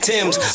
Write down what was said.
Tim's